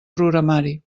programari